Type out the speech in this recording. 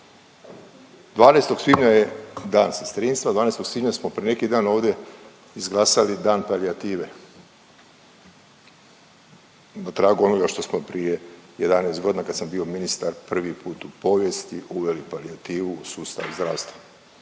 12. svibnja je Dan sestrinstva. 12. svibnja smo prije neki dan ovdje izglasali Dan palijative. Na tragu onoga što smo prije 11 godina kad sam bio ministar prvi put u povijesti uveli palijativu u sustav zdravstva,